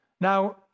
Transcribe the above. now